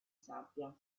sabbia